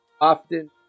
often